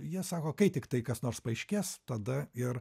jie sako kai tiktai kas nors paaiškės tada ir